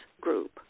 group